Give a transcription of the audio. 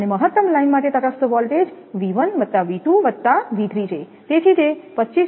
અને મહત્તમ લાઇન માટે તટસ્થ વોલ્ટેજ V1 V2 V3 છે તેથી તે 25